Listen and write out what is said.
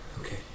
Okay